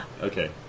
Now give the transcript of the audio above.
okay